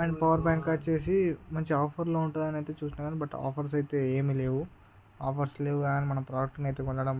and power bank వచ్చేసి మంచి ఆఫర్లో ఉంటుందని చూసా కానీ బట్ ఆఫర్స్ అయితే ఏమీ లేవు ఆఫర్స్ లేవు కాని మన ప్రోడక్ట్నైతే కొనడం